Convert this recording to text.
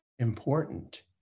important